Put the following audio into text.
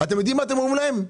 אתם יודעים מה אתם אומרים להם?